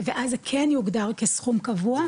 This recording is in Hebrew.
ואז זה כן יוגדר כסכום קבוע.